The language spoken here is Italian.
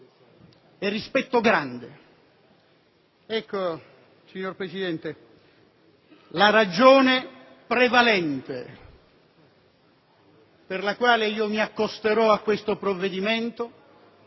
e rispetto grande. Ecco, signor Presidente, la ragione prevalente per la quale io mi accosterò a questo provvedimento